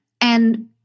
and-